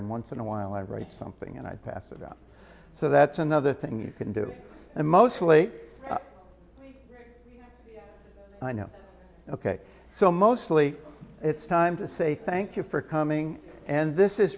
and once in a while i write something and i pass it up so that's another thing you can do and mostly i know ok so mostly it's time to say thank you for coming and this is